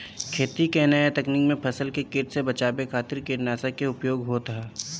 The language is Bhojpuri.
खेती के नया तकनीकी में फसल के कीट से बचावे खातिर कीटनाशक के उपयोग होत ह